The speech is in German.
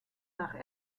nach